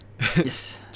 Yes